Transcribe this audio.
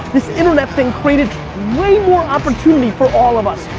this internet thing created way more opportunity for all of us.